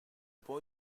boy